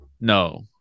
No